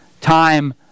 time